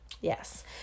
yes